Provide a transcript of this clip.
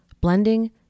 blending